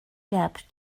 depp